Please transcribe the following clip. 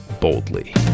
boldly